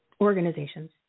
organizations